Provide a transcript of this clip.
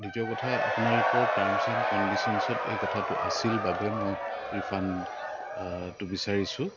দ্বিতীয় কথা আপোনালোকৰ টাৰ্মছ এণ্ড কণ্ডিশ্যনছত এই কথাটো আছিল বাবে মই ৰিফাণ্ড টো বিচাৰিছোঁ